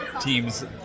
team's